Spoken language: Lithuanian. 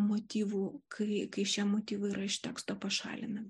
motyvų kai kai šie motyvai yra iš teksto pašalinami